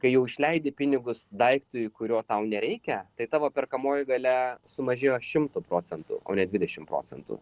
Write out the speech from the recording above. kai jau išleidi pinigus daiktui kurio tau nereikia tai tavo perkamoji galia sumažėjo šimtu procentų o ne dvidešimt procentų